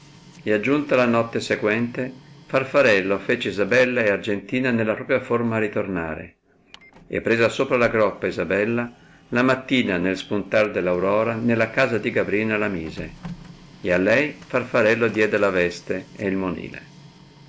e aggiunta la notte sequente farfarello fece isabella e argentina nella propria forma ritornare e presa sopra la groppa isabella la mattina nel spuntar dell aurora nella casa di gabrina la mise e a lei farfarello diede la veste e il monille